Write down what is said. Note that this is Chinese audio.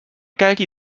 该地